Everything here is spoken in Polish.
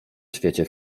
świecie